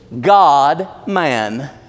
God-man